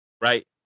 right